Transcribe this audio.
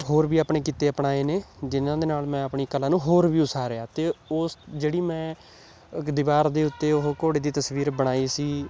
ਹੋਰ ਵੀ ਆਪਣੇ ਕਿੱਤੇ ਅਪਣਾਏ ਨੇ ਜਿਨ੍ਹਾਂ ਦੇ ਨਾਲ ਮੈਂ ਆਪਣੀ ਕਲਾ ਨੂੰ ਹੋਰ ਵੀ ਉਸਾਰਿਆ ਅਤੇ ਉਸ ਜਿਹੜੀ ਮੈਂ ਦੀਵਾਰ ਦੇ ਉੱਤੇ ਉਹ ਘੋੜੇ ਦੀ ਤਸਵੀਰ ਬਣਾਈ ਸੀ